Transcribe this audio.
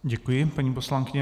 Děkuji, paní poslankyně.